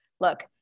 look